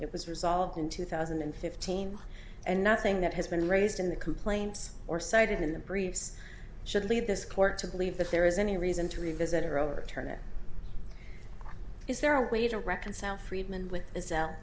it was resolved in two thousand and fifteen and nothing that has been raised in the complaints or cited in the briefs should lead this court to believe that there is any reason to revisit it or overturn it is there a way to reconcile friedman with is